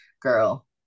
girl